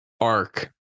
arc